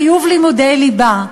חיוב לימודי ליבה".